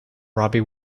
robbie